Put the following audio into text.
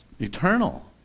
eternal